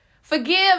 Forgive